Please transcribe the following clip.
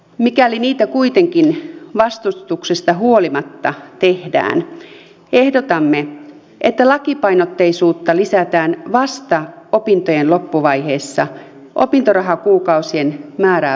mikäli niitä kuitenkin tehdään vastustuksesta huolimatta ehdotamme että lainapainotteisuutta lisätään vasta opintojen loppuvaiheessa opintorahakuukausien määrää vähentämällä